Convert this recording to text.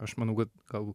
aš manau kad gal